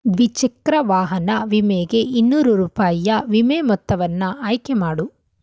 ದ್ವಿಚಕ್ರ ವಾಹನ ವಿಮೆಗೆ ಇನ್ನೂರು ರೂಪಾಯಿಯ ವಿಮೆ ಮೊತ್ತವನ್ನು ಆಯ್ಕೆ ಮಾಡು